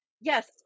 yes